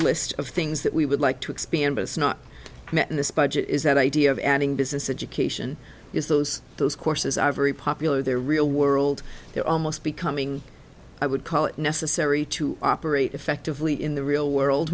list of things that we would like to expand has not met in this budget is that idea of adding business education is those those courses are very popular they're real world they're almost becoming i would call it necessary to operate effectively in the real world